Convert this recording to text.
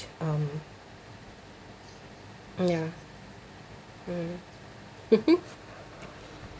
um ya mm